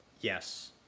Yes